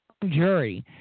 jury